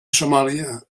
somàlia